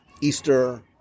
Easter